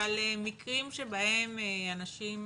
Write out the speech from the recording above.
אבל מקרים שבהם אנשים